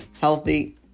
healthy